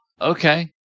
Okay